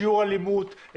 שיעור אלימות,